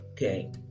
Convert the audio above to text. Okay